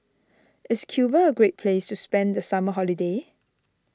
Is Cuba a great place to spend the summer holiday